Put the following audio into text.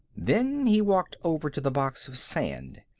then he walked over to the box of sand.